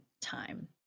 time